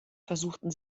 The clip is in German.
versuchten